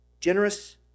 Generous